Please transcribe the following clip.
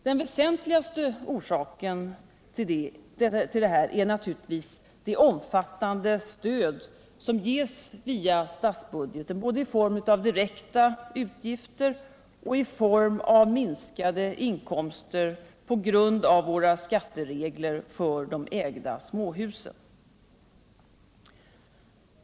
Den väsentligaste orsaken till detta är naturligtvis det omfattande stöd som ges via statsbudgeten — både i form av direkta utgifter och i form av minskade inkomster på grund av våra skatteregler för de ägda småhusen.